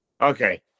Okay